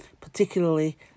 particularly